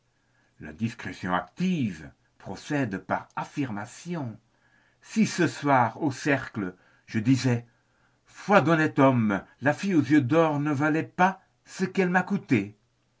la discrétion active procède par affirmation si ce soir au cercle je disais foi d'honnête homme la fille aux yeux d'or ne valait pas ce qu'elle m'a coûté